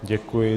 Děkuji.